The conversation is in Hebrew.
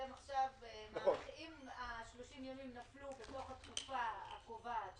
אם ה-30 ימים נפלו בתוך התקופה הקובעת,